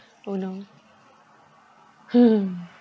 oh no